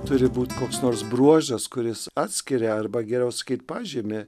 turi būt koks nors bruožas kuris atskiria arba geriau sakyt pažymi